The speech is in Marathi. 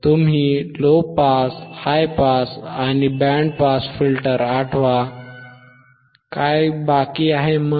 तुम्ही लो पास हाय पास आणि बँड पास फिल्टरआठवा काय बाकी आहे मग